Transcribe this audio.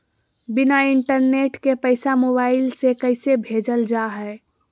बिना इंटरनेट के पैसा मोबाइल से कैसे भेजल जा है?